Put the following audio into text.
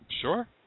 sure